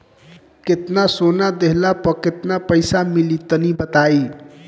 केतना सोना देहला पर केतना पईसा मिली तनि बताई?